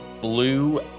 blue